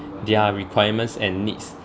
their requirements and needs